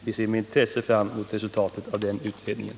Vi ser med intresse fram emot resultatet av den utredningen.